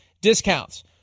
discounts